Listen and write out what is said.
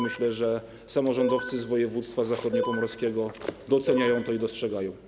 Myślę, że samorządowcy z województwa zachodniopomorskiego doceniają to i dostrzegają.